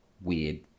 weird